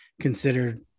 considered